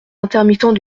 intermittents